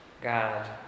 God